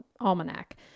almanac